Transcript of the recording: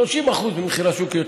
30% יותר ממחיר השוק.